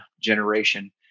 generation